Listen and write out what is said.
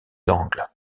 angles